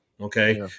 okay